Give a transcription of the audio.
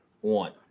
one